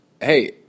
hey